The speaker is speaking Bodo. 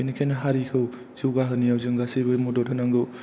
बेनिखायनो हारिखौ जौगाहोनायाव जों गासैबो मदद होनांगौ